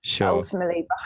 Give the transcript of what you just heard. ultimately